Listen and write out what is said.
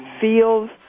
feels